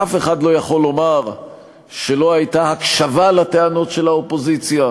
אף אחד לא יכול לומר שלא הייתה הקשבה לטענות של האופוזיציה,